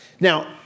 Now